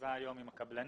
הישיבה היום עם הקבלנים.